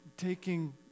taking